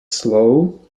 slow